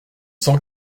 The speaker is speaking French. s’en